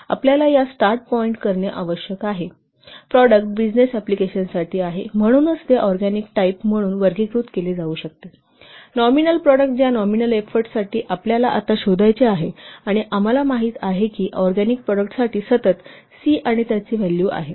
आपल्याला या start point करणे आवश्यक आहे की प्रॉडक्ट बिजनेस अप्लिकेशनसाठी आहे आणि म्हणूनच ते ऑरगॅनिक टाईप म्हणून वर्गीकृत केले जाऊ शकते नॉमिनल प्रॉडक्ट ज्या नॉमिनल एफोर्टसाठी आपल्याला आता शोधायचे आहे आणि आम्हाला माहित आहे की ऑरगॅनिक प्रॉडक्ट साठी सतत 'C' आणि त्याचे व्हॅल्यू आहे